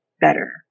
better